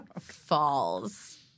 falls